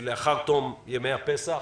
לאחר תום ימי הפסח.